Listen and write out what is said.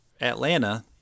atlanta